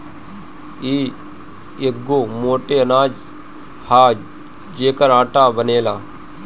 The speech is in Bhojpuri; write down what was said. इ एगो मोट अनाज हअ जेकर आटा बनेला